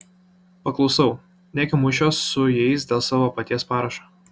paklusau negi mušiuos su jais dėl savo paties parašo